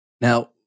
Now